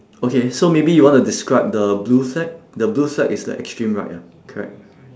okay so maybe you want to describe the blue flag the blue flag is the extreme right ah correct